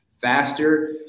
Faster